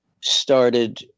started